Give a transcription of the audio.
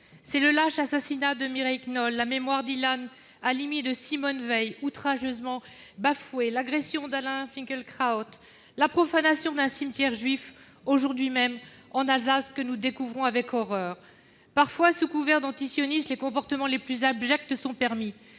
Ce sont le lâche assassinat de Mireille Knoll, la mémoire d'Ilan Halimi et de Simone Veil outrageusement bafouée, l'agression d'Alain Finkielkraut, la profanation d'un cimetière juif aujourd'hui même en Alsace, que nous découvrons avec horreur. Parfois, sous couvert d'antisionisme, les comportements les plus abjects sont permis.